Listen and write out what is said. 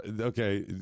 Okay